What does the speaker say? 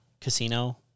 casino